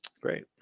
Great